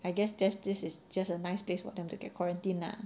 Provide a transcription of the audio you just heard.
I guess there's this is just a nice place for them to get quarantine lah